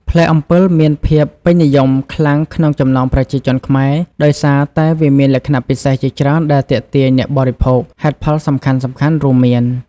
ផ្លែអំពិលមានភាពពេញនិយមខ្លាំងក្នុងចំណោមប្រជាជនខ្មែរ ដោយសារតែវាមានលក្ខណៈពិសេសជាច្រើនដែលទាក់ទាញអ្នកបរិភោគ។ ហេតុផលសំខាន់ៗរួមមាន